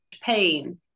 pain